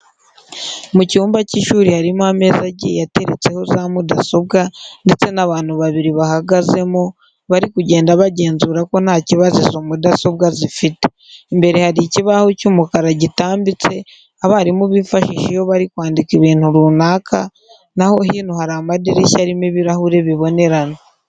Mu cyumba cy'ishuri harimo ameza agiye ateretseho za mudasobwa ndetse n'abantu babiri bahagazemo, bari kugenda bagenzura ko nta kibazo izo mudasobwa zifite. Imbere hari ikibaho cy'umukara gitambitse abarimu bifashisha iyo bari kwandika ibintu runaka, na ho hino hari amadirishya arimo ibirahure bibonerana.